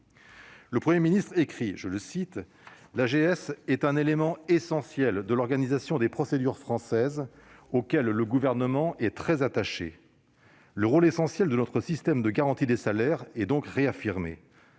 le Premier ministre, « l'AGS est un élément essentiel de l'organisation des procédures françaises, auquel le Gouvernement est très attaché ». Le rôle essentiel de notre système de garantie des salaires étant ainsi réaffirmé,